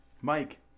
Mike